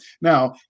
Now